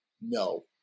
no